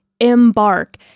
Embark